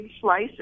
slice